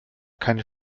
keine